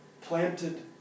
planted